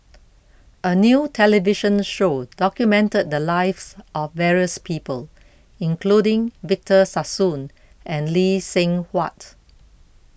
a new television show documented the lives of various people including Victor Sassoon and Lee Seng Huat